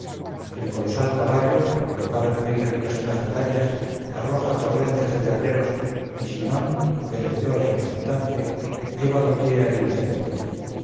el colosal caballo colocado en medio de nuestras murallas arroja torrentes de guerreros y sinón vencedor e insultante lleva doquiera el incendio